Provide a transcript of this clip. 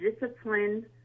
discipline